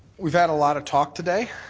we've had a lot of talk today,